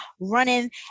running